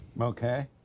Okay